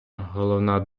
головна